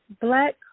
black